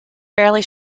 fairly